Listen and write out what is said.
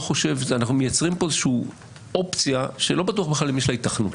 אנחנו מייצרים כאן איזושהי אופציה שלא בטוח אם יש לה היתכנות.